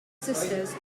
sisters